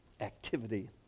activity